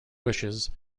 wishes